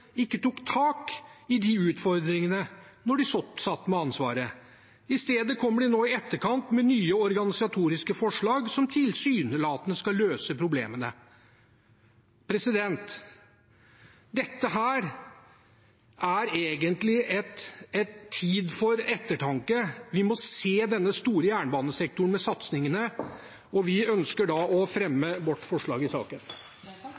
ikke tok tak i de utfordringene da de satt med ansvaret. I stedet kommer de nå i etterkant med nye organisatoriske forslag som tilsynelatende skal løse problemene. Det er egentlig tid for ettertanke. Vi må se denne store jernbanesektoren med satsingene, og vi ønsker da å fremme vårt forslag i saken.